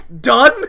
Done